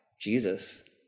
Jesus